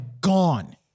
gone